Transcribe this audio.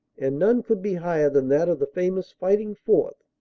and none could be higher than that of the famous fighting fourth,